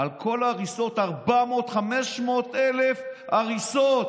על כל ההריסות, 400,000, 500,000 הריסות